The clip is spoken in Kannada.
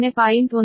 10 p